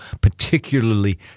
particularly